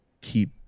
keep